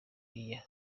year